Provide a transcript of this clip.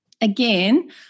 Again